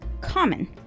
common